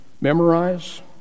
memorize